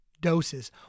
doses